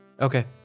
okay